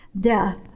death